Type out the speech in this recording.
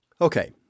Okay